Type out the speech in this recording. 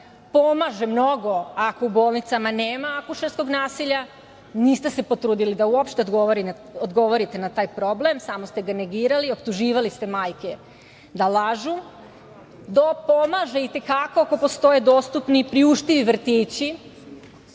pomaže mnogo ako u bolnicama nema akušerskog nasilja, niste se potrudili da uopšte odgovorite na taj problem, samo ste ga negirali, optuživali ste majke da lažu, pomaže i te kako ako postoje dostupni i priuštivi vrtići,